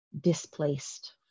displaced